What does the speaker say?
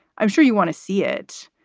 i'm sure you want to see it.